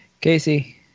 Casey